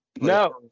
No